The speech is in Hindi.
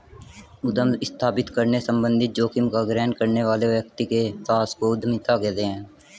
उद्यम स्थापित करने संबंधित जोखिम का ग्रहण करने वाले व्यक्ति के साहस को उद्यमिता कहते हैं